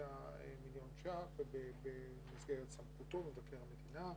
מיליון שקלים ובמסגרת סמכותו מבקר המדינה,